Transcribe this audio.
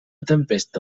tempesta